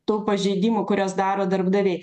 tų pažeidimų kurias daro darbdaviai